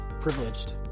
privileged